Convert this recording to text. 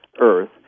Earth